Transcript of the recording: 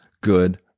good